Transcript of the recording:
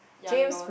younger